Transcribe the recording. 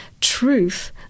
Truth